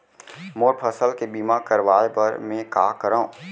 मोर फसल के बीमा करवाये बर में का करंव?